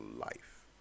life